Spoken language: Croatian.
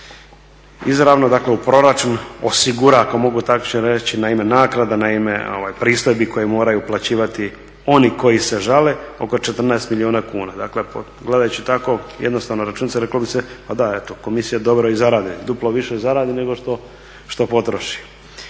izravno, dakle u proračun osigura, ako mogu tako reći, na ime naknada, na ime pristojbi koje moraju uplaćivati oni koji se žale, oko 14 milijuna kuna. Dakle, gledajući tako, jednostavna računica, reklo bi se, pa da, eto, komisija dobro i zaradi. Duplo više zaradi nego što potroši.